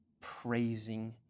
Praising